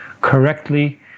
correctly